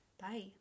Bye